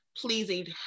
pleasing